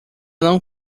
não